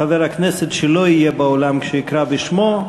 חבר כנסת שלא יהיה באולם כשאקרא בשמו,